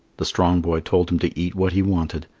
the strong boy told him to eat what he wanted.